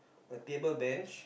a table bench